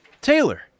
Taylor